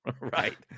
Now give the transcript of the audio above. Right